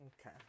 Okay